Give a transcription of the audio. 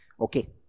Okay